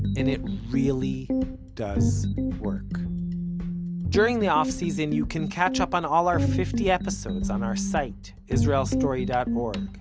and it really does work during the off-season, you can catch up on all our fifty episodes, on our site, israelstory dot org,